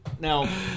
now